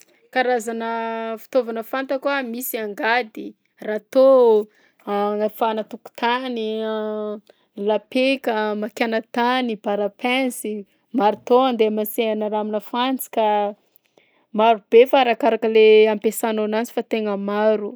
Karazana fitaovana fantako a: misy angady, râteau amafana tokotany, lapika amakiàna tany, barre à pinsy, marteau andeha amasihana raha aminà fantsika, marobe fa arakaraka le ampiasanao anazy fa tegna maro.